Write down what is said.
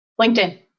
LinkedIn